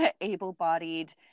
able-bodied